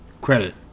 credit